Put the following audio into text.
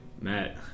matt